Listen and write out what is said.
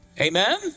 Amen